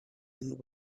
and